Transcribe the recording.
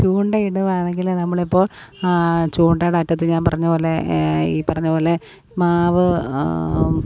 ചൂണ്ടയിടുകയാണെങ്കിൽ നമ്മളിപ്പോൾ ചൂണ്ടയുടെ അറ്റത്തു ഞാൻ പറഞ്ഞതു പോലെ ഈ പറഞ്ഞതു പോലെ മാവ്